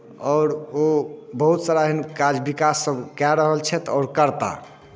आओर ओ बहुत सारा एहन काज विकास सभ कए रहल छथि आओर करताह